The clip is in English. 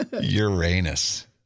Uranus